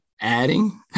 adding